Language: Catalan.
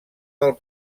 del